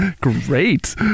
Great